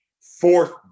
fourth